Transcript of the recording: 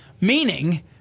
meaning